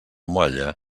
molla